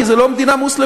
כי זו לא מדינה מוסלמית.